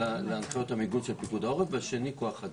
להנחיות המיגון של פיקוד העורף והשני כוח אדם.